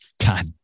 God